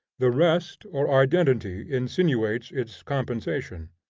the rest or identity insinuates its compensation.